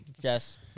Yes